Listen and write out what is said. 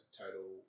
total